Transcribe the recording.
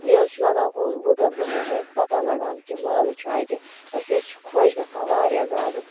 یہِ حظ چھُ لَگان وُ وُہہ دۄہہ برونٛہہ حظ چھُ اَسہِ پَتَہہ لَگان کہِ مٲلہٕ چھُ اَتہِ أسۍ حظ چھِ خۄش گَژھان واریاہ زیادٕ